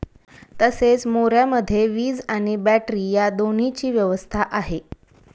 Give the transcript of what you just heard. तसेच मोऱ्यामध्ये वीज आणि बॅटरी या दोन्हीची व्यवस्था आहे